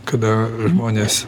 kada žmonės